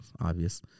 obvious